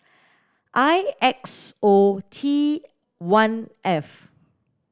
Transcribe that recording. I X O T one F